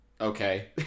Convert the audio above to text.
Okay